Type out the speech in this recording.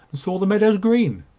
and saw the meadows green.